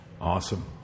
Awesome